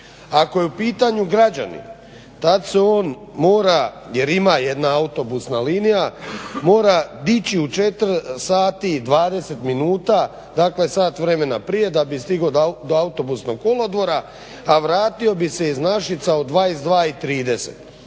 Ako je u pitanju građanin tad se on mora, jer ima jedna autobusna linija, mora dići u 4,20 sati dakle sat vremena prije da bi stigao do autobusnog kolodvora, a vratio bi se iz Našica u 22,30,